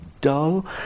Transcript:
dull